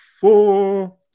four